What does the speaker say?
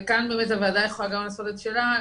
וכאן באמת הוועדה יכולה לעשות את שלה,